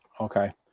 Okay